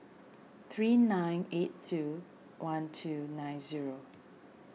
three nine eight two one two nine zero